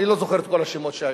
אני לא זוכר את כל השמות שהיו.